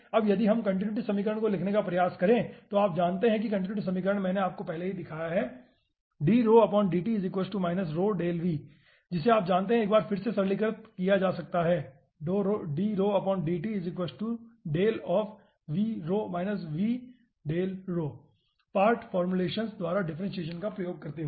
अब यदि हम कंटीन्यूटी समीकरण को लिखने का प्रयास करें तो आप जानते हैं कि कंटीन्यूटी समीकरण मैंने आपको पहले ही दिखाया है जिसे आप जानते है एक बार फिर से सरलीकृत किया जा सकता हैं पार्ट फ़ॉर्मूलेशन्स द्वारा डिफ्रेंसिएशन का उपयोग करते हुए